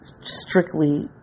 strictly